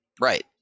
Right